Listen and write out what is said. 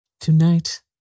Tonight